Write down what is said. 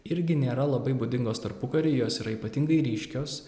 irgi nėra labai būdingos tarpukary jos yra ypatingai ryškios